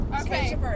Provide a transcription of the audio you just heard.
Okay